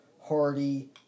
Hardy